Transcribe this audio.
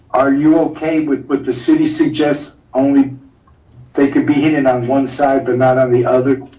are you okay with what the city suggests only they could be hinted on one side, but not on the other.